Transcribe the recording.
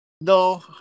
No